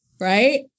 Right